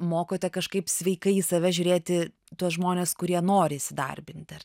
mokote kažkaip sveikai į save žiūrėti tuos žmones kurie nori įsidarbinti ar